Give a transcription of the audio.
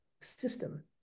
system